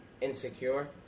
insecure